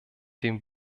dem